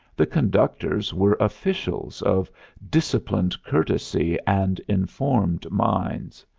the conductors were officials of disciplined courtesy and informed minds.